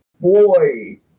boy